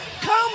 Come